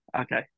Okay